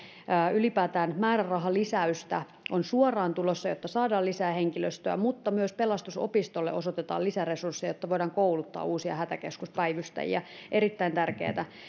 ylipäätään määrärahalisäystä on suoraan tulossa jotta saadaan lisää henkilöstöä mutta myös pelastusopistolle osoitetaan lisäresursseja jotta voidaan kouluttaa uusia hätäkeskuspäivystäjiä erittäin tärkeätä